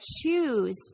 choose